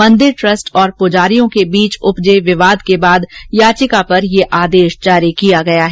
मंदिर ट्रस्ट और पुजारियों के बीच उपजे विवादों के बाद याचिका पर यह आदेश जारी किया गया है